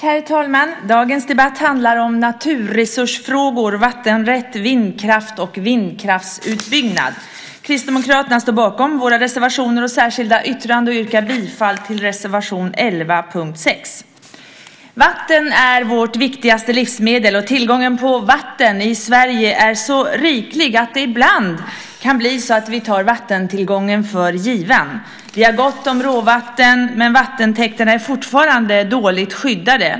Herr talman! Denna debatt handlar om naturresursfrågor, vattenrätt, vindkraft och vindkraftsutbyggnad. Vi kristdemokrater står bakom våra reservationer och särskilda yttranden, och jag yrkar bifall till reservation 11 punkt 6. Vatten är vårt viktigaste livsmedel, och tillgången på vatten i Sverige är så riklig att det ibland kan bli så att vi tar vattentillgången för given. Vi har gott om råvatten, men vattentäkterna är fortfarande dåligt skyddade.